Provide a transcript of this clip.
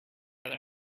other